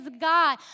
God